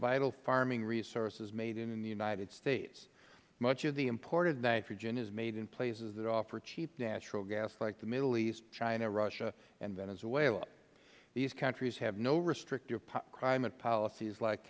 vital farming resource is made in the united states much of the imported nitrogen is made in places that offer cheap natural gas like the middle east china russia and venezuela these countries have no restrictive climate policies like